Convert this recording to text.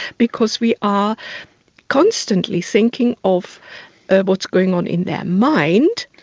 because we are constantly thinking of what's going on in their mind.